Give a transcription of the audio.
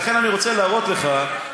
לכן אני רוצה להראות לך,